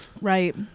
Right